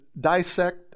dissect